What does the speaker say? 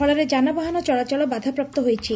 ଫଳରେ ଯାନବାହନ ଚଳାଚଳ ବାଧାପ୍ରାପ୍ତ ହୋଇଛି